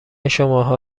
شماها